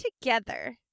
together